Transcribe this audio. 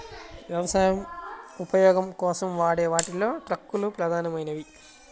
వ్యవసాయ ఉపయోగం కోసం వాడే వాటిలో ట్రక్కులు ప్రధానమైనవి